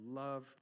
love